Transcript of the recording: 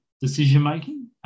decision-making